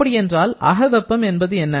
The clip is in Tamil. அப்படி என்றால் அக வெப்பம் என்பது என்ன